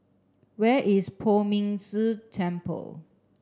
where is Poh Ming Tse Temple